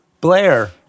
Blair